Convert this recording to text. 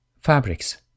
fabrics